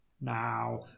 Now